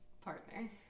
partner